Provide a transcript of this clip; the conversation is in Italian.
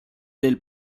del